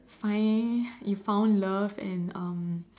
find you found love and um